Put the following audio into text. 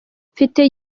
mfite